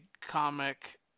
comic